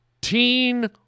Teen